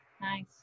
Nice